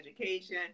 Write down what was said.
education